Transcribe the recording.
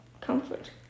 comfort